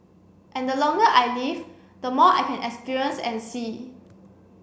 and the longer I live the more I can experience and see